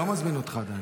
אני לא מזמין אותך עדיין.